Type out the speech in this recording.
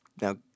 Now